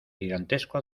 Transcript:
gigantesco